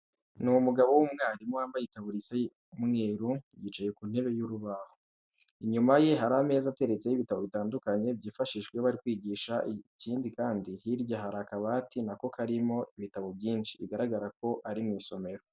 Ni umugabo w'umwarimu wambaye itaburiya isa umweru, yicaye ku ntebe y'urubaho. Inyuma ye hari ameza ateretseho ibitabo bitandukanye byifashishwa iyo bari kwigisha. Ikindi kandi, hirya hari akabati na ko karimo ibitabo byinshi, bigaragara ko ari mu isomero.